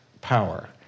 power